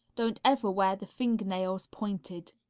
don't ever wear the fingernails pointed.